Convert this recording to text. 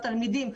התלמידים.